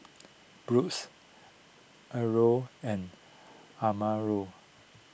Broos Arnold and Amarion